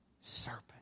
serpent